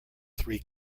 three